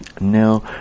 now